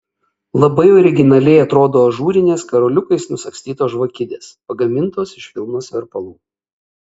labai originaliai atrodo ažūrinės karoliukais nusagstytos žvakidės pagamintos iš vilnos verpalų